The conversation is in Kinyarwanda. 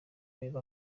rero